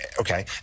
Okay